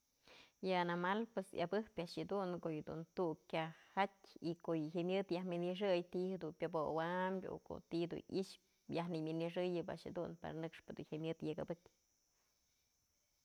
Yë animal pues yabëj a'ax jedun ko'o yë tuk kya jatyë y ko'o yë jyamyëd yaj wi'inyxëy ti'i jedun pyëbowam ko'o ti'i dun i'ixë yaj nëwynixëyëp a'ax jedun nëkxpë dun jyamyëd yëk abëkyë.